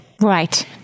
Right